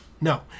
No